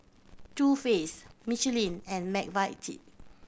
Too Faced Michelin and McVitie